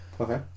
Okay